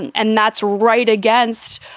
and and that's right. against,